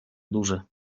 duże